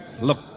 Look